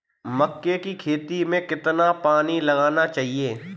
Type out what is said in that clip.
मक्के की खेती में कितना पानी लगाना चाहिए?